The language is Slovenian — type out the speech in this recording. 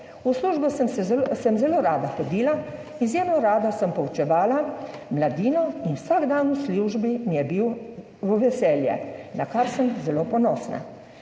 V službo sem zelo rada hodila, izjemno rada sem poučevala mladino in vsak dan v službi mi je bil v veselje, na kar sem zelo ponosna.